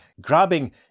grabbing